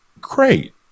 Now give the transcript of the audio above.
great